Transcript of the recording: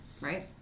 Right